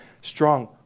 strong